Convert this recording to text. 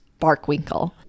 Barkwinkle